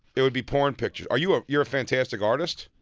it would be porn pictures. are you ah you're a fantastic artist?